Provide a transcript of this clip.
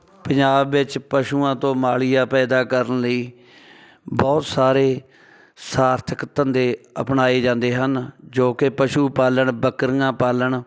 ਪੰਜਾਬ ਵਿੱਚ ਪਸ਼ੂਆਂ ਤੋਂ ਮਾਲੀਆ ਪੈਦਾ ਕਰਨ ਲਈ ਬਹੁਤ ਸਾਰੇ ਸਾਰਥਕ ਧੰਦੇ ਅਪਣਾਏ ਜਾਂਦੇ ਹਨ ਜੋ ਕਿ ਪਸ਼ੂ ਪਾਲਣ ਬੱਕਰੀਆਂ ਪਾਲਣ